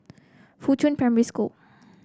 Fuchun Primary School